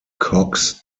cox